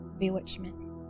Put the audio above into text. bewitchment